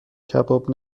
کباب